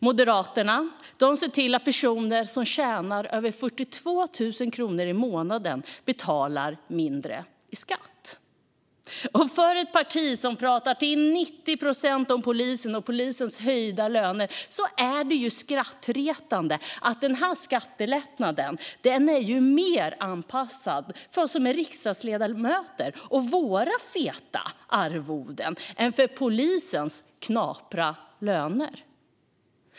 Moderaterna ser till att personer som tjänar över 42 000 i månaden får betala mindre i skatt. När ett parti som till 90 procent pratar om polisen och polisens höjda löner är det skrattretande att den här skattelättnaden är mer anpassad för oss som är riksdagsledamöter och våra feta arvoden än för polisernas knapra löner.